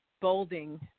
bolding